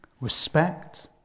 Respect